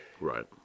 Right